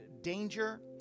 danger